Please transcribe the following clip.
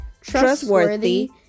trustworthy